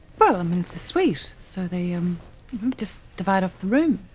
well, i mean, it's a suite. so they um um just divide up the room.